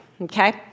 okay